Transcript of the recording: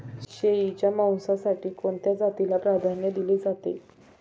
शेळीच्या मांसासाठी कोणत्या जातीला प्राधान्य दिले जाते?